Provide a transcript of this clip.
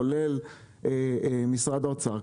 כולל משרד האוצר,